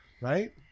right